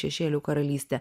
šešėlių karalystę